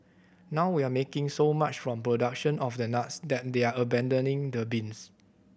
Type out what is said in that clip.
now we're making so much from production of the nuts that they're abandoning the beans